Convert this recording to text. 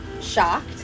shocked